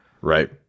right